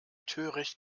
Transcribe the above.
töricht